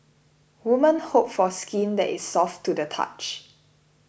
women hope for skin that is soft to the touch